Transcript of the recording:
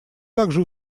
также